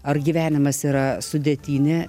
ar gyvenimas yra sudėtinė